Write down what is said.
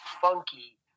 funky